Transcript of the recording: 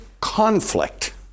conflict